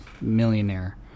millionaire